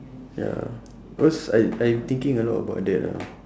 ya cause I I thinking a lot about that lah